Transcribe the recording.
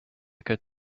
could